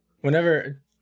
Whenever